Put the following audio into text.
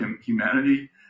humanity